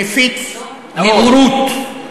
שמפיץ נאורות.